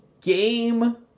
game